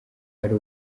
ari